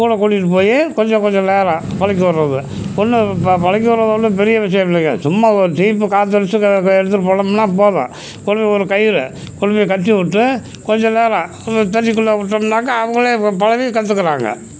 கூட கூட்டிகிட்டு போய் கொஞ்சம் கொஞ்சம் நேரம் பழக்கி விட்றது ஒன்றும் ப பழக்கி விட்றது ஒன்றும் பெரிய விஷயம் இல்லைங்க சும்மா ஒரு டீப்பு காற்றடிச்சு எடுத்துகிட்டு போனோம்னா போதும் ஒரே ஒரு கயிறு கொண்டு போய் கட்டி விட்டு கொஞ்சம் நேரம் தண்ணிக்குள்ளே விட்டோம்னாக்கா அவர்களே ப பழகி கற்றுக்கறாங்க